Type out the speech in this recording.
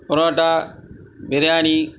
parotta biryani